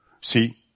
See